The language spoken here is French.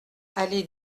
allée